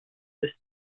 des